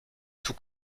tout